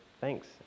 thanks